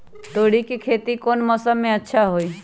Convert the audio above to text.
तोड़ी के खेती कौन मौसम में अच्छा होई?